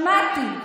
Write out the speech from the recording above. שמעתי.